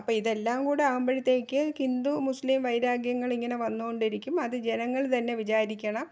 അപ്പം ഇതെല്ലാം കൂടി ആകുമ്പോഴത്തേക്ക് ഹിന്ദു മുസ്ലിം വൈരാഗ്യങ്ങളിങ്ങനെ വന്നു കൊണ്ടിരിക്കും അതു ജനങ്ങൾ തന്നെ വിചാരിക്കണം